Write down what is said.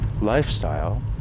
lifestyle